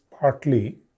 partly